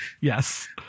Yes